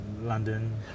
London